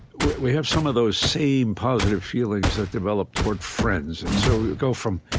we we have some of those same positive feelings that develop toward friends. and so we go from